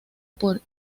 por